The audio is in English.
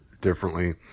differently